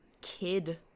kid